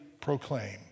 proclaim